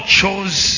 chose